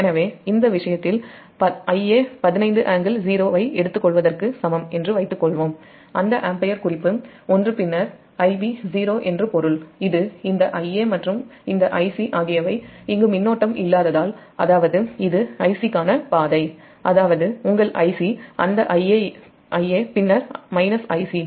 எனவே அந்த விஷயத்தில் Ia 15 ∟0 ஐ எடுத்துக்கொள்வதற்கு சமம் என்று வைத்துக்கொள்வோம் அந்த ஆம்பியர் குறிப்பு ஒன்று பின்னர் Ib 0 என்று பொருள் இது Ia மற்றும் இந்த Ic ஆகியவை இங்கு மின்னோட்டம் இல்லாததால் அதாவது இது Ic க்கான பாதை அதாவது உங்கள் Ic அந்த Ia பின்னர் Ic